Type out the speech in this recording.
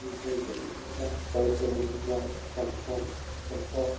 ठीक आहे ठीक आहे या चाळीस रुपये घेऊन जावा हो चला ठेवा